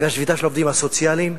והשביתה של העובדים הסוציאליים,